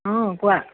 অ কোৱা